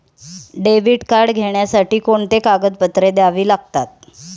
Debit card घेण्यासाठी कोणती कागदपत्रे द्यावी लागतात?